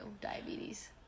diabetes